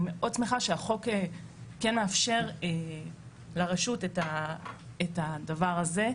מאוד שמחה שהחוק כן מאפשר לרשות את הדבר הזה,